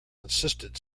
insisted